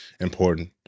important